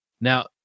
now